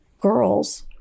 girls